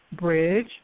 bridge